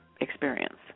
experience